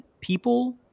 people